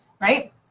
right